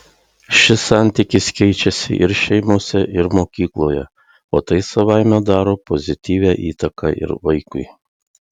šis santykis keičiasi ir šeimose ir mokykloje o tai savaime daro pozityvią įtaką ir vaikui